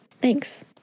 Thanks